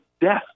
death